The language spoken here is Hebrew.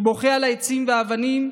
אני בוכה על העצים והאבנים,